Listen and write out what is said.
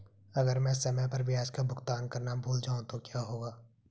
अगर मैं समय पर ब्याज का भुगतान करना भूल जाऊं तो क्या होगा?